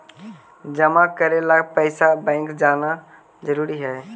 जमा करे ला पैसा बैंक जाना जरूरी है?